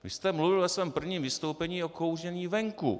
Vy jste mluvil ve svém prvním vystoupení o kouření venku.